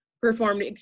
performed